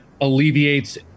alleviates